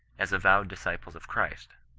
as avowed disciples of christ.